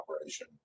operation